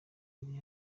ibiri